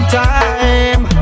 time